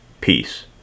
peace